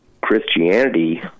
Christianity